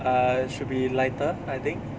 uh should be lighter I think